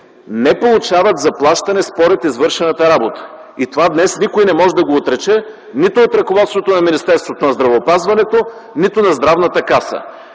не получават заплащане според извършената работа и това днес никой не може да го отрече нито от ръководството на Министерството на здравеопазването, нито от Здравната каса.